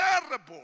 terrible